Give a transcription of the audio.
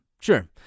sure